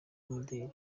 rw’imideli